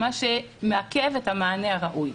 מה שמעכב את המענה הראוי.